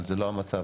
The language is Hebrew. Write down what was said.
א',